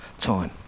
time